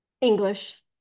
English